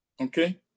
okay